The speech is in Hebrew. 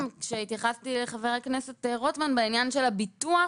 כשהתייחסתי לחבר הכנסת רוטמן בעניין של הביטוח.